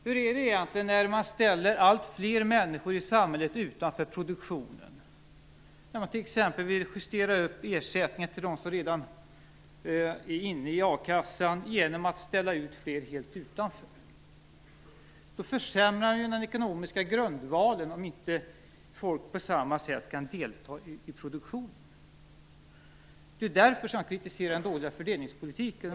Hur är det egentligen när man ställer alltfler människor i samhället utanför produktionen, när man t.ex. vill justera upp ersättningen till dem som redan är inne i a-kassan genom att ställa ut fler helt utanför? Då försämrar man ju de ekonomiska grundvalarna om inte folk på samma sätt kan delta i produktionen. Det är därför jag kritiserar den dåliga fördelningspolitiken.